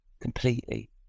completely